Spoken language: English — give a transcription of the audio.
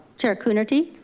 chair coonerty.